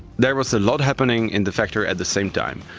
there was a lot happening in the factory at the same time.